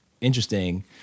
interesting